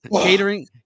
Catering